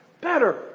better